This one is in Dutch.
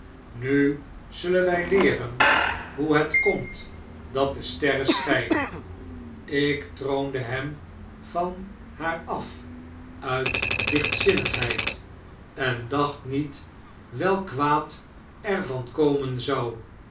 nu zullen wij leeren hoe het komt dat de sterren schijnen ik troonde hem van haar af uit lichtzinnigheid en dacht niet welk iwaad er van komen zou